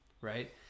right